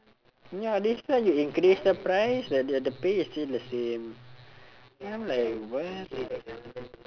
ya that's why you increase the price but ya the pay is still the same then I'm like what